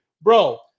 bro